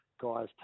guys